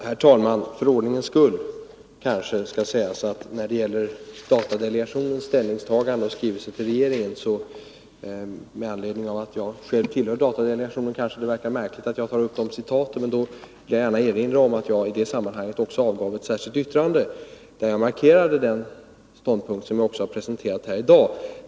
Herr talman! För ordningens skull kanske det skall sägas några ord när det gäller datadelegationens ställningstagande och skrivelse till regeringen. Det kan verka märkligt att jag gör de här citaten, eftersom jag själv tillhör datadelegationen, men jag vill gärna erinra om att jag i delegationen gjorde ett särskilt yttrande, där jag markerade den ståndpunkt som jag också har presenterat här i dag.